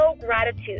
gratitude